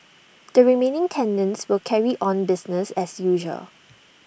the remaining tenants will carry on business as usual